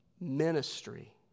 ministry